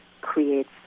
creates